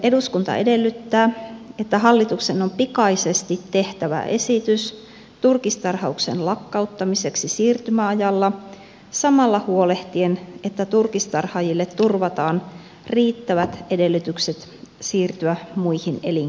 eduskunta edellyttää että hallituksen on pikaisesti tehtävä esitys turkistarhauksen lakkauttamiseksi siirtymäajalla samalla huolehtien että turkistarhaajille turvataan riittävät edellytykset siirtyä muihin kieliin